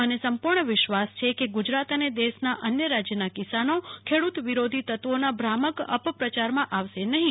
મને સંપૂર્ણ વિશ્વાસ છે કે ગુજરાત અને દેશના અન્ય રાજ્યના કિસાનો ખેડૂતવિરોધી તત્વોના ભ્રામક અપપ્રચારમાં આવશે નહિ